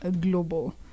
global